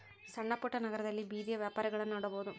ಸಣ್ಣಪುಟ್ಟ ನಗರದಲ್ಲಿ ಬೇದಿಯ ವ್ಯಾಪಾರಗಳನ್ನಾ ನೋಡಬಹುದು